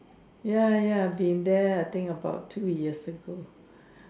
ya ya been there I think about two years ago